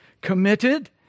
committed